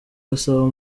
gasabo